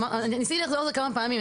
ניסיתי לחזור על זה כמה פעמים,